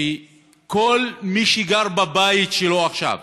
שכל מי שגר בבית שלו עכשיו,